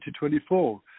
2024